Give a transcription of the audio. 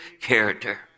character